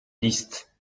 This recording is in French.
liste